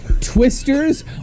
Twisters